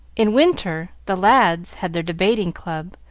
in winter, the lads had their debating club,